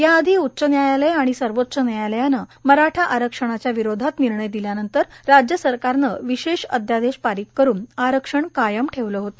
याआधी उच्च न्यायालय आणि सर्वोच्च न्यायालयाने मराठा आरक्षणाच्या विरोधात निर्णय दिल्यानंतर राज्य सरकारने विशेष अध्यादेश पारित करून आरक्षण कायम ठेवले होते